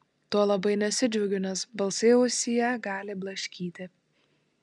tuo labai nesidžiaugiu nes balsai ausyje gali blaškyti